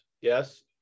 yes